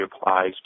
applies